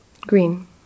Green